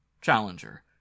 Challenger